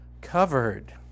covered